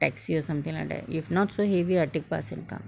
taxi or something like that if not so heavy I take bus and come